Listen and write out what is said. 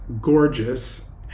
gorgeous